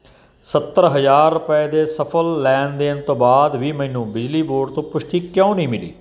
ਸੱਤਰ ਹਜ਼ਾਰ ਰੁਪਏ ਦੇ ਸਫਲ ਲੈਣ ਦੇਣ ਤੋਂ ਬਾਅਦ ਵੀ ਮੈਨੂੰ ਬਿਜਲੀ ਬੋਰਡ ਤੋਂ ਪੁਸ਼ਟੀ ਕਿਉਂ ਨਹੀਂ ਮਿਲੀ